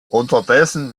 unterdessen